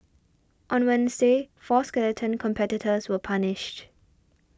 on Wednesday four skeleton competitors were punished